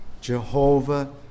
Jehovah